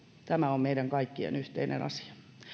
tämä on meidän kaikkien yhteinen asia